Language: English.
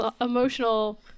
emotional